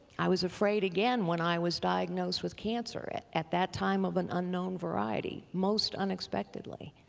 i was afraid again when i was diagnosed with cancer at at that time of an unknown variety, most unexpectedly.